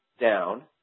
down